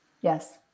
Yes